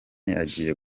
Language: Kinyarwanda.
agiye